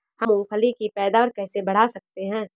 हम मूंगफली की पैदावार कैसे बढ़ा सकते हैं?